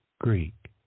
Greek